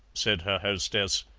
said her hostess,